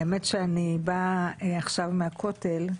האמת היא שאני באה עכשיו מהכותל.